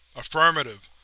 affirmative.